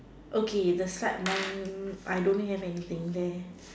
okay the slide my I don't have anything there